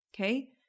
Okay